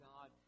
God